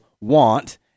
want